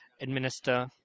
administer